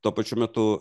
tuo pačiu metu